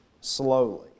slowly